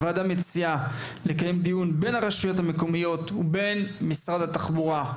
הוועדה מציעה לקיים דיון בין הרשויות המקומיות למשרד התחבורה,